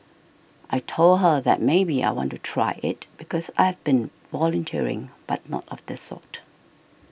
I told her that maybe I want to try it because I've been volunteering but not of this sort